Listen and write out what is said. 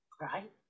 Right